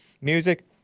music